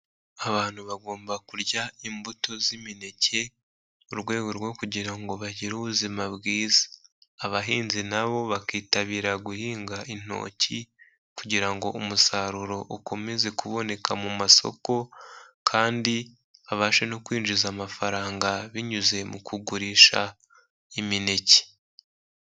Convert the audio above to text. Abantu bagomba kurya imbuto z'imineke mu rwego rwo kugira ngo bagire ubuzima bwiza, abahinzi na bo bakitabira guhinga intoki kugira ngo umusaruro ukomeze kuboneka mu masoko, kandi babashe no kwinjiza amafaranga binyuze mu kugurisha imineke.